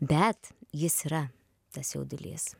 bet jis yra tas jaudulys